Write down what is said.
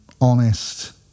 honest